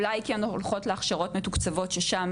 אולי כי הן הולכות להכשרות מתוקצבות ששם